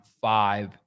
five